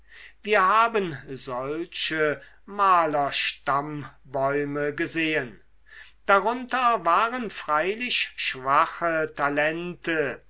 wir haben solche malerstammbäume gesehen darunter waren freilich schwache talente